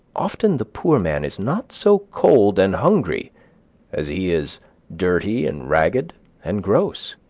often the poor man is not so cold and hungry as he is dirty and ragged and gross.